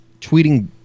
tweeting